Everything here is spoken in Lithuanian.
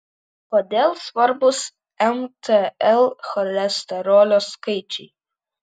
kodėl svarbūs mtl cholesterolio skaičiai